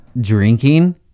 drinking